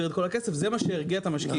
את כל הכסף זה מה שהרגיע את המשקיעים.